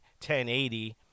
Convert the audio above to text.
1080